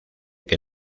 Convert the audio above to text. que